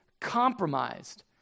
compromised